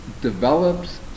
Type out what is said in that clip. develops